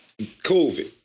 COVID